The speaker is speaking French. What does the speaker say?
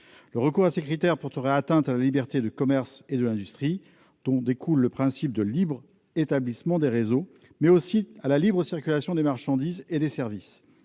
Le recours à ces critères porterait atteinte, non seulement à la liberté du commerce et de l'industrie, dont découle le principe de libre établissement des réseaux, mais aussi à la libre circulation des marchandises et des services.